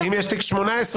אם יש תיקים מ-2018?